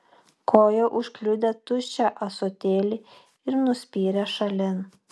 koja užkliudė tuščią ąsotėlį ir nuspyrė šalin